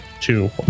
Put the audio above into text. two